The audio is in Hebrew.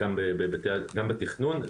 גם בתכנון.